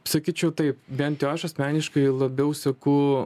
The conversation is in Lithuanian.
sakyčiau taip bent jau aš asmeniškai labiau seku